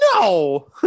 No